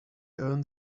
earned